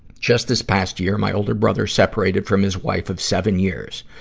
just this past year, my older brother separated from his wife of seven years.